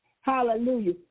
Hallelujah